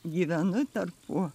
gyvenu tarpo